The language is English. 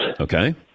Okay